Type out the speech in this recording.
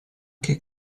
che